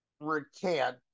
recant